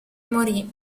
morì